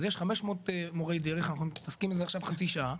אז יש 500 מורי דרך, אנחנו מתעסקים בזה חצי שעה,